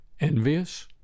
envious